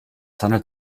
handelt